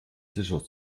sicher